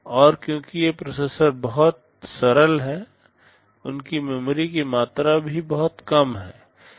और क्योंकि ये प्रोसेसर बहुत सरल हैं उनकी मेमोरी की मात्रा भी बहुत कम है